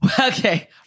Okay